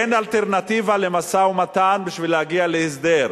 אין אלטרנטיבה למשא-ומתן בשביל להגיע להסדר.